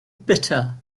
bitter